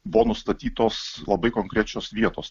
buvo nustatytos labai konkrečios vietos